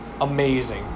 amazing